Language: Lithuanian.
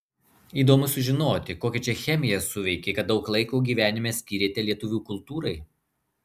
įdomu sužinoti kokia čia chemija suveikė kad daug laiko gyvenime skyrėte lietuvių kultūrai